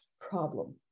problem